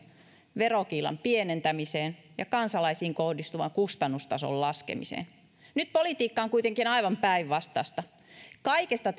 verokiilan pienentämiseen ja kansalaisiin kohdistuvan kustannustason laskemiseen nyt politiikka on kuitenkin aivan päinvastaista kaikesta